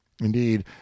indeed